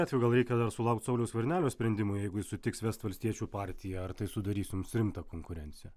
atveju gal reikia dar sulaukt sauliaus skvernelio sprendimo jeigu jis sutiks vest valstiečių partiją ar tai sudarys jums rimtą konkurenciją